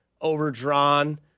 overdrawn